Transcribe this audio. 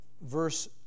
verse